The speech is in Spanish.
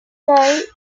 kyle